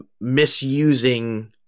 Misusing